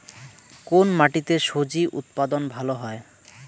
কোন মাটিতে স্বজি উৎপাদন ভালো হয়?